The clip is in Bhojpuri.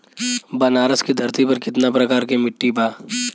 बनारस की धरती पर कितना प्रकार के मिट्टी बा?